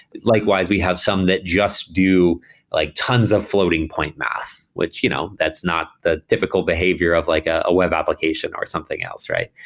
likewise, we have some that just do like tons of floating-point math, which you know that's not the typical behavior of like a web application or something else, right?